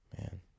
Man